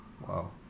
Wow